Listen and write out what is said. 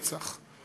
רצח,